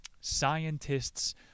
Scientists